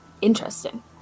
interesting